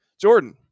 Jordan